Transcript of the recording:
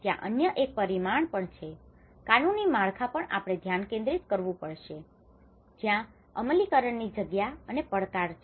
ત્યાં અન્ય એક પરિમાણ પણ છે કાનૂની માળખા પર આપણે ધ્યાન કેન્દ્રિત કરવું પડશે જ્યાં અમલીકરણની જગ્યા અને પડકાર છે